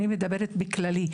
אני מדברת בכללי.